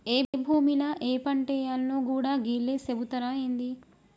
ఏ భూమిల ఏ పంటేయాల్నో గూడా గీళ్లే సెబుతరా ఏంది?